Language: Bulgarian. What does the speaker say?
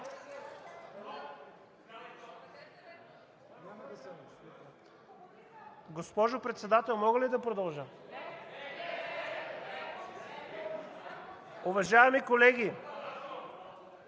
Госпожо Председател, може ли да продължа? Уважаеми колеги,